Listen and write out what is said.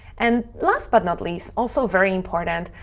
and last but not least, also very important,